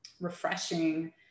refreshing